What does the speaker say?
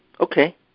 Okay